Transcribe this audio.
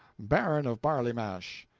baron of barley mash.